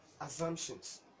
assumptions